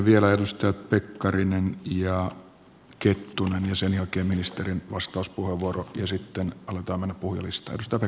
vielä edustajat pekkarinen ja kettunen sen jälkeen ministerin vastauspuheenvuoro ja sitten aletaan mennä puhujalistaan